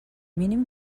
mínim